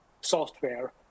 software